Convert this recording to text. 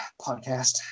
podcast